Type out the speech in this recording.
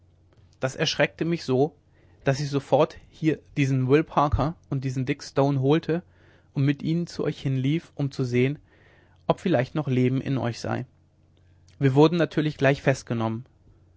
das erschreckte mich so daß ich sofort hier diesen will parker und diesen dick stone holte und mit ihnen zu euch hinlief um zu sehen ob vielleicht noch leben in euch sei wir wurden natürlich gleich festgenommen